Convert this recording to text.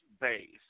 base